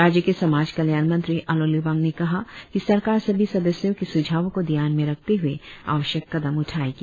राज्य के समाज कल्याण मंत्री आलो लिबांग ने कहा कि सरकार सभी सदस्यों के सुझावों को ध्यान में रखते हए आवश्यक कदम उठायेगी